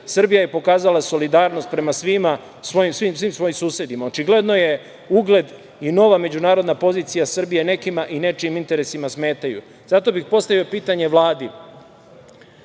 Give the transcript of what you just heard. Srbija je pokazala solidarnost prema svima, svim svojim susedima? Očigledno ugled i nova međunarodna pozicija Srbije nekima i nečijim interesima smetaju. Zato bih postavio pitanje Vladi.